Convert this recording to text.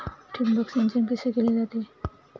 ठिबक सिंचन कसे केले जाते?